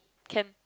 can